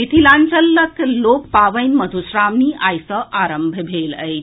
मिथिलांचलक लोक पावनि मधुश्रावणी आइ सँ आरंभ भऽ गेल अछि